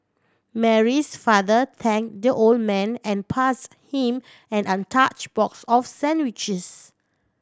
Mary's father thank the old man and pass him an untouch box of sandwiches